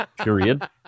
period